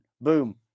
Boom